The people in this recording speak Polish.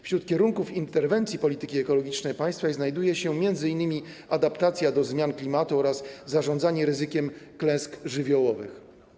Wśród kierunków interwencji polityki ekologicznej państwa znajdują się m.in. adaptacja do zmian klimatu oraz zarządzanie ryzykiem klęsk żywiołowych.